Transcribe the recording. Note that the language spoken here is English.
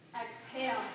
Exhale